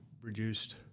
reduced